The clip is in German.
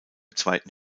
zweiten